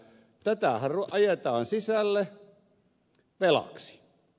tätähän ajetaan sisälle velaksi